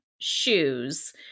shoes